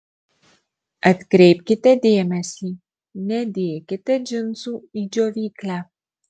atkreipkite dėmesį nedėkite džinsų į džiovyklę